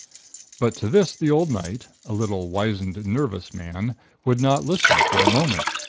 but to this, the old knight a little, wizened, nervous man would not listen for a moment.